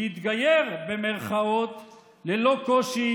"להתגייר" ללא קושי,